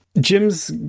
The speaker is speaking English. Jim's